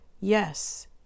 yes